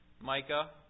Micah